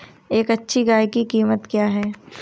एक अच्छी गाय की कीमत क्या है?